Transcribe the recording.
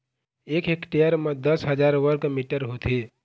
एक हेक्टेयर म दस हजार वर्ग मीटर होथे